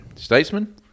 Statesman